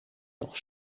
nog